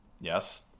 Yes